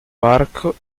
parco